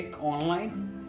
online